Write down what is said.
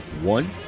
one